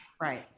Right